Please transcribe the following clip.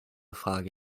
frage